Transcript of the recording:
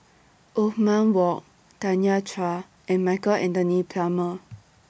Othman Wok Tanya Chua and Michael Anthony Palmer